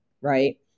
right